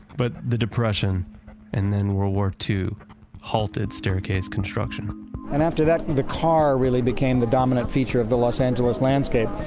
but the depression and then world war ii halted staircase construction and after that, the car really became the dominant feature of the los angeles landscape.